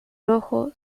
rojo